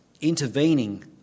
intervening